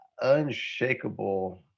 unshakable